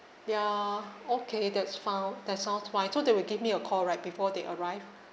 ya okay that's found that sounds fine so they will give me a call right before they arrive